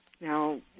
Now